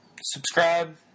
subscribe